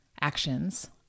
actions